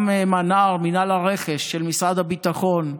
גם מנ"ר, מינהל הרכש של משרד הביטחון,